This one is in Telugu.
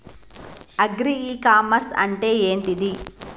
అగ్రి ఇ కామర్స్ అంటే ఏంటిది?